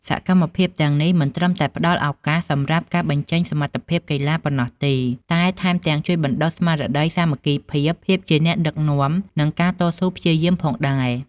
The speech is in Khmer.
សកម្មភាពទាំងនេះមិនត្រឹមតែផ្ដល់ឱកាសសម្រាប់ការបញ្ចេញសមត្ថភាពកីឡាប៉ុណ្ណោះទេ តែថែមទាំងជួយបណ្ដុះស្មារតីសាមគ្គីភាព ភាពជាអ្នកដឹកនាំ និងការតស៊ូព្យាយាមផងដែរ។